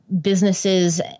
businesses